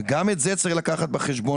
גם את זה צריך לקחת בחשבון,